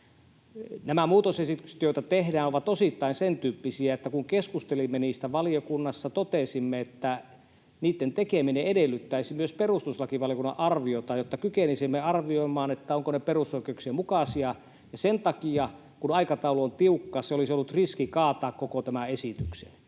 Nämä muutosesitykset, joita tehdään, ovat osittain sentyyppisiä, että kun keskustelimme niistä valiokunnassa, totesimme, että niitten tekeminen edellyttäisi myös perustuslakivaliokunnan arviota, jotta kykenisimme arvioimaan, ovatko ne perusoikeuksien mukaisia, ja sen takia, kun aikataulu on tiukka, olisi ollut riski, että se kaataa koko tämän esityksen.